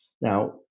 Now